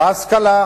בהשכלה,